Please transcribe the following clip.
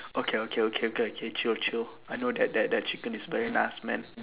okay okay okay okay okay chill chill I know that that that chicken is very nice man